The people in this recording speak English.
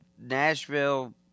Nashville